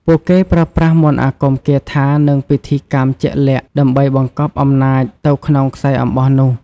ពួកគេប្រើប្រាស់ មន្តអាគម គាថា និងពិធីកម្មជាក់លាក់ ដើម្បីបង្កប់អំណាចទៅក្នុងខ្សែអំបោះនោះ។